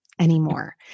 anymore